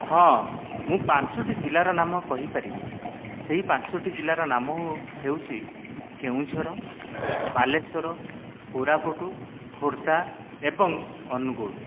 ହଁ ମୁଁ ପାଞ୍ଚଟି ଜିଲ୍ଲାର ନାମ କହିପାରିବି ସେହି ପାଞ୍ଚଟି ଜିଲ୍ଲାର ନାମ ହେଉଛି କେଉଁଝର ବାଲେଶ୍ଵର କୋରାପୁଟ ଖୋର୍ଦ୍ଦା ଏବଂ ଅନୁଗୁଳ